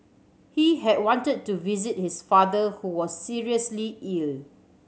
he had wanted to visit his father who was seriously ill